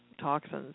toxins